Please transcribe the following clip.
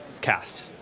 cast